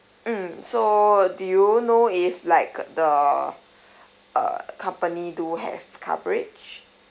mm so do you know if like the uh company do have coverage